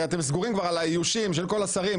ואתם סגורים כבר על האיושים של כל השרים,